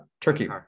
Turkey